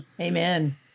Amen